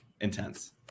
intense